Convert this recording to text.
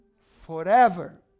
forever